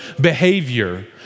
behavior